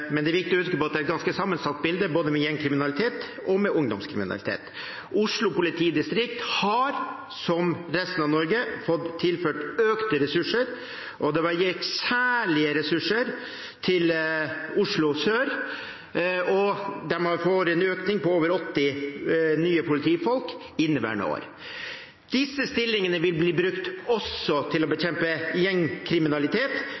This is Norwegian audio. Men det er viktig å huske på at det er et sammensatt bilde, både med gjengkriminalitet og med ungdomskriminalitet. Oslo politidistrikt har som resten av Norge fått tilført økte ressurser, det ble gitt særlige ressurser til Oslo Sør, og de får en økning på over 80 nye politifolk i inneværende år. Disse stillingene vil bli brukt også til å